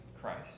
Christ